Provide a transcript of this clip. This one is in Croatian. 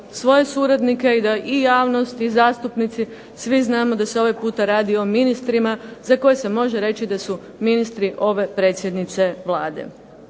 svoje suradnike i da i javnost i zastupnici, svi znamo da se ovaj puta radi o ministrima za koje se može reći da su ministri ove predsjednice Vlade